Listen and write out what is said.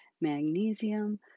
magnesium